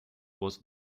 was